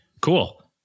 cool